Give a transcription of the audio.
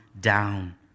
down